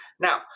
now